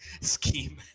scheme